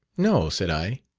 no, said i.